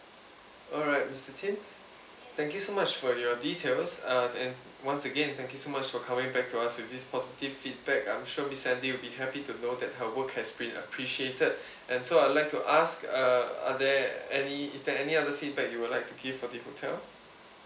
alright mister tim thank you so much for your details uh and once again thank you so much for coming back to us with this positive feedback I'm sure miss sandy will be happy to know that her work has been appreciated and so I like to ask uh are there any is there any other feedback you would like to give for the hotel